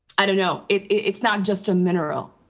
i don't know, it's not just a mineral.